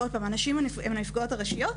ושוב, הנשים הן הנפגעות הראשיות.